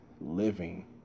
living